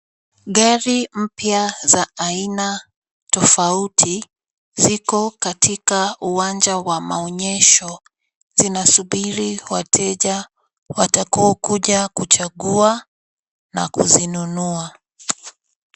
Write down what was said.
Gari mpya za aina tofauti ziko katika uwanja wa maonyesho. Zinasubiri wateja watakao kuja kuchagua na kuzinunua.